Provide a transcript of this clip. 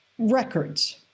Records